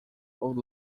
old